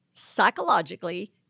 Psychologically